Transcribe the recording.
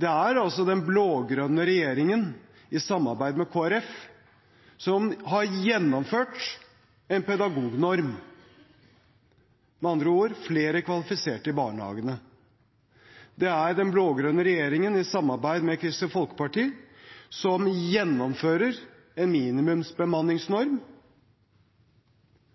Det er den blå-grønne regjeringen som i samarbeid med Kristelig Folkeparti har gjennomført en pedagognorm – med andre ord flere kvalifiserte i barnehagene. Det er den blå-grønne regjeringen som i samarbeid med Kristelig Folkeparti gjennomfører en minimumsbemanningsnorm,